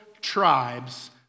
tribes